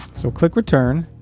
so click return,